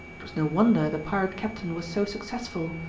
it was no wonder the pirate captain was so successful,